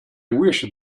wish